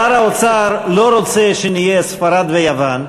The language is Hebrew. שר האוצר לא רוצה שנהיה ספרד ויוון,